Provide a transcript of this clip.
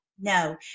No